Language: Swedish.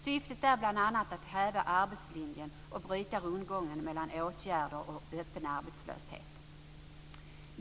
Syftet är bl.a. att hävda arbetslinjen och bryta rundgången mellan åtgärder och öppen arbetslöshet.